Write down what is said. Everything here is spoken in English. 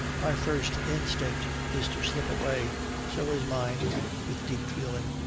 my first instinct is to slip away so is mine with deep feeling.